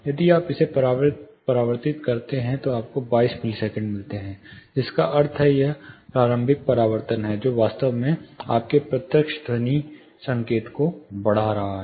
यदि आप इसे परिवर्तित करते हैं तो आपको 22 मिलीसेकंड मिलते हैं जिसका अर्थ है कि यह प्रारंभिक परावर्तन है जो वास्तव में आपके प्रत्यक्ष ध्वनि संकेत को बढ़ा रहा है